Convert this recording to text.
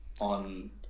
on